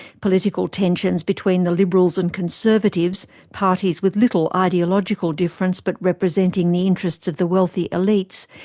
political tensions between the liberals and conservatives, parties with little ideological difference, but representing the interests of the wealthy elites,